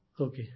Okay